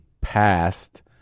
passed